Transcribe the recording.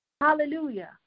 Hallelujah